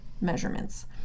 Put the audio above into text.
measurements